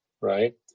right